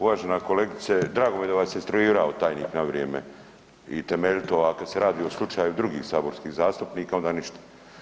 Uvažena kolegice, drago mi je da vas je instruirao tajnik na vrijeme i temeljito, a kad se radi o slučaju drugih saborskih zastupnika onda ništa.